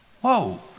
Whoa